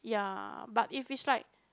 ya but if it's like